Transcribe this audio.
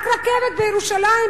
רק רכבת בירושלים,